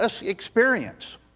experience